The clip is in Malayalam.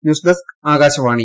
ന്യൂസ്ഡെസ്ക്ആകാശവാണി